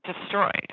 destroyed